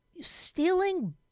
Stealing